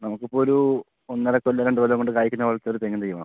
നമുക്ക് ഇപ്പോൾ ഒരു ഒന്നര കൊല്ലം രണ്ട് കൊല്ലം കൊണ്ട് കായ്ക്കുന്ന പോലത്തെ ഒരു തെങ്ങിൻ തൈ വേണം